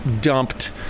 dumped